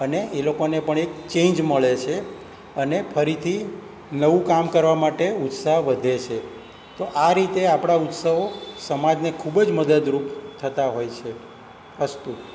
અને એ લોકોને પણ એક ચેંજ મળે છે અને ફરીથી નવું કામ કરવા માટે ઉત્સાહ વધે છે તો આ રીતે આપણા ઉત્સવો સમાજને ખૂબ જ મદદરૂપ થતા હોય છે અસ્તુ